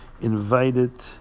invited